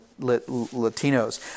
Latinos